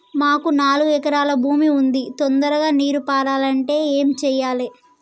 మాకు నాలుగు ఎకరాల భూమి ఉంది, తొందరగా నీరు పారాలంటే నేను ఏం చెయ్యాలే?